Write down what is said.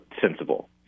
sensible